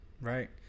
Right